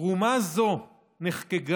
תרומה זו נחקקה